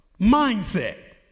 mindset